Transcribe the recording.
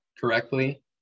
correctly